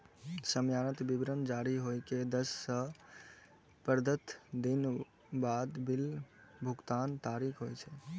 सामान्यतः विवरण जारी होइ के दस सं पंद्रह दिन बाद बिल भुगतानक तारीख होइ छै